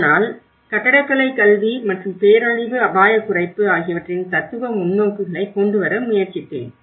ஆனால் கட்டடக்கலை கல்வி மற்றும் பேரழிவு அபாயக் குறைப்பு ஆகியவற்றின் தத்துவ முன்னோக்குகளை கொண்டுவர முயற்சித்தேன்